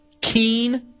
Keen